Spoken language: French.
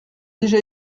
déjà